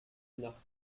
nacht